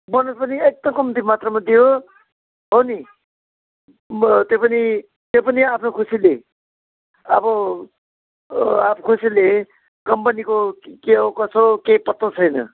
bonus पनि एकदम कम्ती मात्रामा दियो हो नि म त्यो पनि त्यो पनि आफ्नो खुसीले अब खुसीले कम्पनीको के हो कसो हो केही पत्तो छैन